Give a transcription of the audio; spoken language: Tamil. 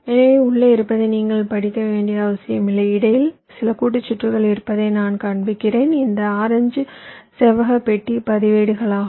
எனவே உள்ளே இருப்பதை நீங்கள் படிக்க வேண்டிய அவசியமில்லை இடையில் சில கூட்டு சுற்றுகள் இருப்பதை நான் காண்பிக்கிறேன் இந்த ஆரஞ்சு செவ்வக பெட்டிகள் பதிவேடுகளாகும்